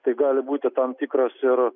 tai gali būti tam tikras ir